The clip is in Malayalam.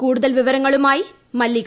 കൂടുതൽ വിവരങ്ങളുമായി മല്ലിക